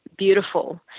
Beautiful